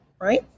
right